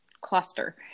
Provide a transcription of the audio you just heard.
cluster